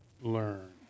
learn